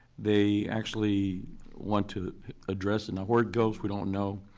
they actually want to address, and where it goes we don't know.